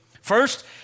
First